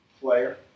player